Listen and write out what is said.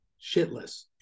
shitless